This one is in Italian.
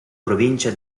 provincia